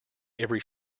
every